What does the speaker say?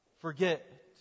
forget